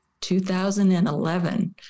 2011